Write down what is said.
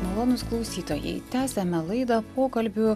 malonūs klausytojai tęsiame laidą pokalbiu